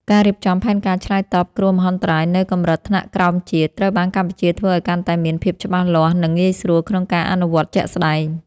ការរៀបចំផែនការឆ្លើយតបគ្រោះមហន្តរាយនៅកម្រិតថ្នាក់ក្រោមជាតិ ត្រូវបានកម្ពុជាធ្វើឱ្យកាន់តែមានភាពច្បាស់លាស់ និងងាយស្រួលក្នុងការអនុវត្តជាក់ស្តែង។